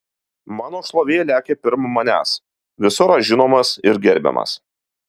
mano šlovė lekia pirm manęs visur aš žinomas ir gerbiamas